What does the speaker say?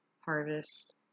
harvest